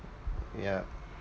yeah